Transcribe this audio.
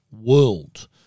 World